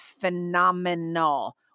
phenomenal